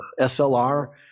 SLR